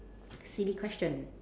silly question